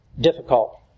difficult